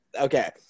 Okay